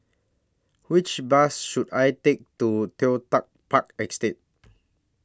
Which Bus should I Take to Toh Tuck Park Estate